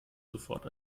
sofort